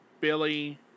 Billy